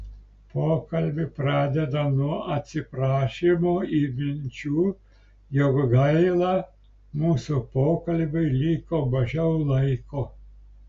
pokalbį pradeda nuo atsiprašymų ir minčių jog gaila mūsų pokalbiui liko mažiau laiko